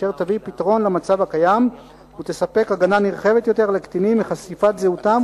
אשר תביא פתרון למצב הקיים ותספק הגנה נרחב יותר לקטינים מחשיפת זהותם,